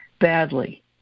badly